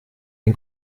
den